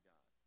God